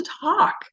talk